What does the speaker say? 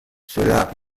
cela